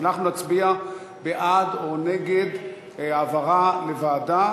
אנחנו נצביע בעד או נגד העברה לוועדה,